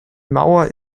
mauer